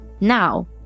Now